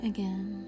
Again